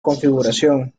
configuración